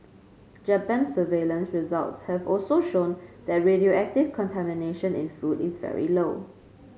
Japan's surveillance results have also shown that radioactive contamination in food is very low